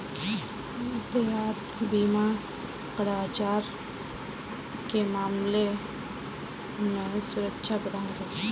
देयता बीमा कदाचार के मामले में सुरक्षा प्रदान करता है